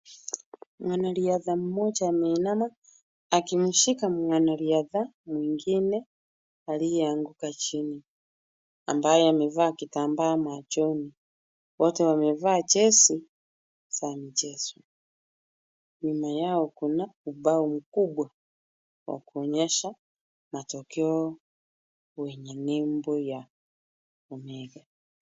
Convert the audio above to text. Mwanariadha mmoja ameinama akimshika mwanariadha mwingine aliyeanguka chini. Ambaye amevaa kitambaa machoni. Wote wamevaa jersey za michezo. Nyuma yao kuna ubao mkubwa wa kuonyesha matokeo wenye nembo ya Omega.